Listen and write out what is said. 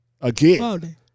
again